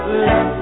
let